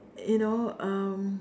you know um